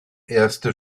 erste